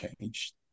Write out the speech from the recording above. changed